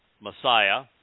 Messiah